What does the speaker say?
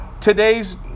today's